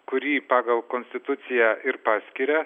kurį pagal konstituciją ir paskiria